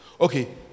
Okay